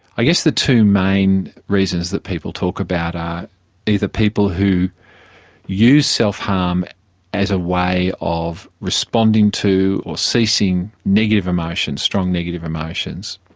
i guess the two main reasons that people talk about are either people who use self harm as a way of responding to or ceasing negative emotions, strong negative emotions.